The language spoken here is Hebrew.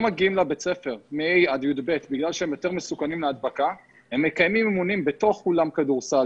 לא מגיעים לבית הספר כי הסיכון להדבקה אצלם יותר גבוה,